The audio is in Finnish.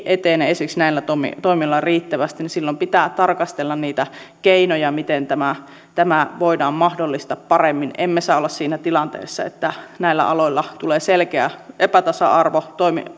etene esimerkiksi näillä toimialoilla riittävästi niin silloin pitää tarkastella niitä keinoja miten tämä tämä voidaan mahdollistaa paremmin emme saa olla siinä tilanteessa että näillä aloilla tulee selkeä epätasa arvo